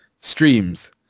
streams